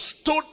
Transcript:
stood